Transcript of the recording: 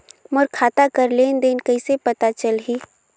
मोर खाता कर लेन देन कइसे पता चलही?